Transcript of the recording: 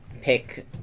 pick